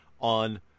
on